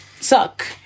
suck